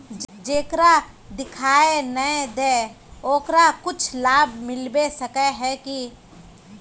जेकरा दिखाय नय दे है ओकरा कुछ लाभ मिलबे सके है की?